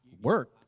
work